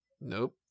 Nope